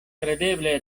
kredeble